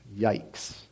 Yikes